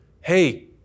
Hey